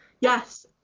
Yes